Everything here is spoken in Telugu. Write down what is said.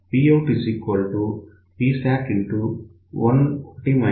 PoutPsat1 exp G